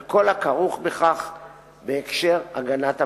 על כל הכרוך בכך בהקשר של הגנת הפרטיות.